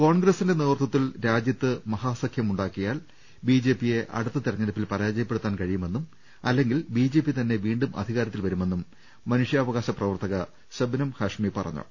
കോൺഗ്രസിന്റെ നേതൃത്വത്തിൽ രാജൃത്ത് മഹാസഖൃമുണ്ടാക്കിയാൽ ബിജെപിയെ അടുത്ത തിരഞ്ഞെടുപ്പിൽ പരാജയപ്പെടുത്താൻ കഴിയുമെന്നും അല്ലെങ്കിൽ ബിജെപി തന്നെ വീണ്ടും അധികാരത്തിൽ വരുമെന്നും മനുഷ്യാവകാശ പ്രവർത്തക ശബനം ഹാഷ്മി പറഞ്ഞു